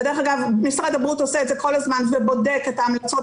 ודרך אגב משרד הבריאות עושה את זה כל הזמן ובודק את ההמלצות